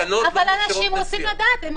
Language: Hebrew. אבל אנשים רוצים לדעת.